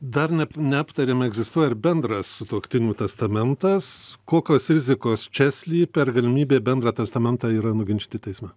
dar ne neaptarėm egzistuoja ir bendras sutuoktinių testamentas kokios rizikos čia slypi ar galimybė bendrą testamentą yra nuginčyti teisme